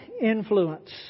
influence